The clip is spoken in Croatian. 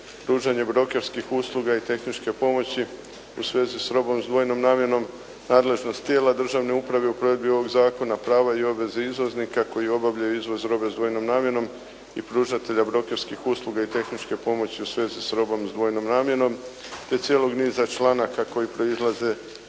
pružanje brokerskih usluga i tehničke pomoći u svezi sa robom s dvojnom namjenom, nadležnost tijela države uprave u provedbi ovoga zakona, prava i obveze izvoznika koji obavljaju izvoz robe sa dvojnom namjenom i pružatelja brokerskih usluga i tehničke pomoći u svezi sa robom sa dvojnom namjenom.", te cijelog niza članaka koji proizlaze